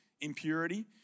impurity